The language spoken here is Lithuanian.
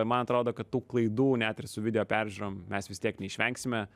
man atrodo kad tų klaidų net ir su video peržiūrom mes vis tiek neišvengsime